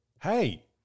hey